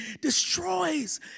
destroys